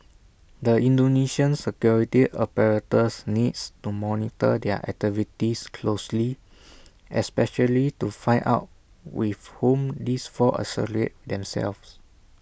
the Indonesian security apparatus needs to monitor their activities closely especially to find out with whom these four themselves